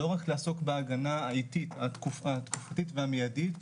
לא רק לעשות בהגנה האיטית התקופתית והמיידית,